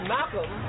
Malcolm